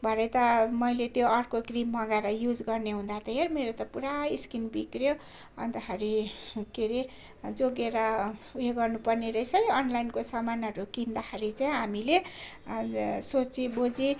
भरे त मैले त्यो अर्को क्रिम मगाएर युज गर्नेहुँदा त हेर् मेरो त पुरा स्किन बिग्रियो अन्तखेरि के अरे जोगिएर उयो गर्नुपर्ने रहेछ है अनलाइनको सामानहरू किन्दाखेरि चाहिँ हामीले अन्त सोचिबुझी